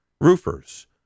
roofers